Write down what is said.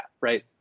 Right